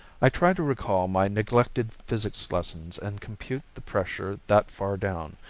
i tried to recall my neglected physics lessons and compute the pressure that far down.